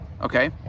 okay